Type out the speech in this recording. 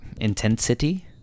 Intensity